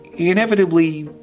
inevitably.